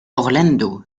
orlando